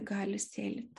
gali sėlint